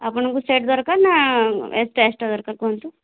ଆପଣଙ୍କୁ ସେଟ୍ ଦରକାର ନା ଏକ୍ସଟ୍ରା ଏକ୍ସଟ୍ରା ଦରକାର କୁହନ୍ତୁ